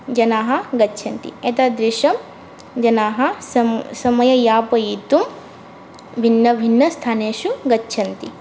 जनाः गच्छन्ति एतादृशं जनाः समययापयितुं भिन्नभिन्नस्थानेषु गच्छन्ति